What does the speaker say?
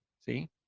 See